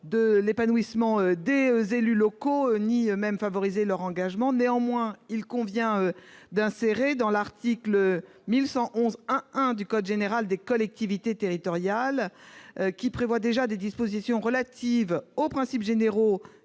de l'épanouissement des élus locaux, ni même pour favoriser leur engagement. Néanmoins, il paraît opportun d'intégrer à l'article L. 1111-1-1 du code général des collectivités territoriales, qui comporte déjà des dispositions relatives aux principes généraux